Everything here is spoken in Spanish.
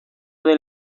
del